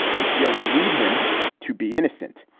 we feel we need him to be innocent.